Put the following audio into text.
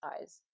eyes